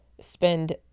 spend